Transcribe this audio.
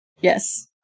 Yes